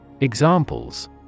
Examples